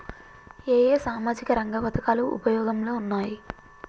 ఏ ఏ సామాజిక రంగ పథకాలు ఉపయోగంలో ఉన్నాయి?